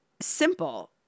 simple